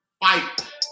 fight